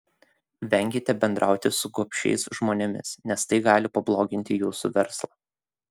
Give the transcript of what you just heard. venkite bendrauti su gobšiais žmonėmis nes tai gali pabloginti jūsų verslą